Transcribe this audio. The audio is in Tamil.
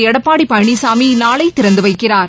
எடப்பாடி பழனிசாமி நாளை திறந்து வைக்கிறார்